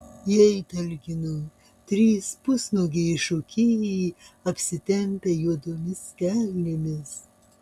jai talkino trys pusnuogiai šokėjai apsitempę juodomis kelnėmis